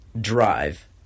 drive